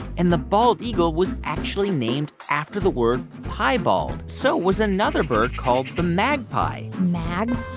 and the bald eagle was actually named after the word piebald. so was another bird called the magpie magpie